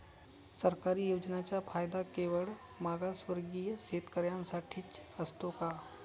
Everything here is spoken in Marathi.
सरकारी योजनांचा फायदा केवळ मागासवर्गीय शेतकऱ्यांसाठीच असतो का?